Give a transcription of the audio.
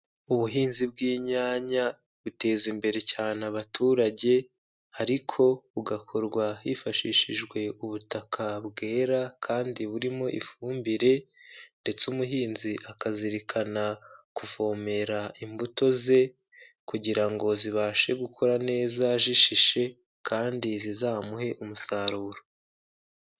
Ubuhinzi bw'inyanya buteza imbere cyane abaturage, ariko bugakorwa hifashishijwe ubutaka bwera kandi burimo ifumbire, ndetse umuhinzi akazirikana kuvomera imbuto ze, kugira ngo zibashe gukura neza zishishe kandi zizamuhe umusaruro.